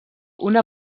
una